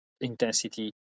intensity